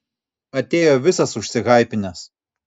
atėjo visas užsihaipinęs